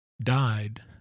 died